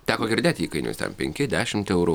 teko girdėt įkainius ten penki dešimt eurų